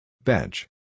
Bench